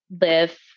live